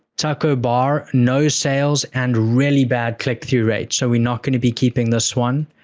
taco bar, no sales and really bad click-through rate, so, we're not going to be keeping this one.